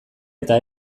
eta